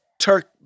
Turk